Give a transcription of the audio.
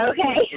Okay